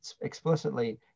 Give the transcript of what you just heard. explicitly